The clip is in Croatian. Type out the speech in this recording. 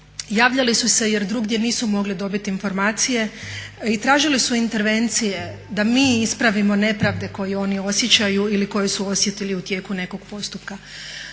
Javljali su se jer drugdje nisu mogli dobiti informacije i tražili su intervencije da mi ispravimo nepravde koje oni osjećaju ili koje su osjetili u tijeku nekog postupka,